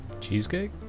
Cheesecake